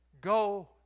Go